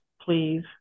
please